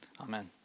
Amen